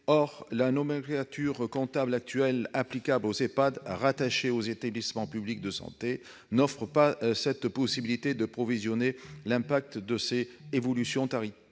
Or la nomenclature comptable actuellement applicable aux Ehpad rattachés aux établissements publics de santé n'offre pas la possibilité de provisionner l'impact de ces évolutions tarifaires,